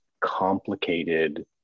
complicated